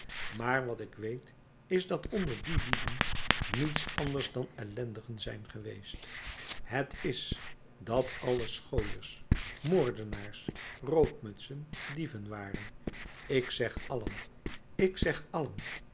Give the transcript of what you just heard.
maar wat ik weet is dat onder die lieden niets anders dan ellendigen zijn geweest het is dat allen schooiers moordenaars roodmutsen dieven waren ik zeg allen ik zeg allen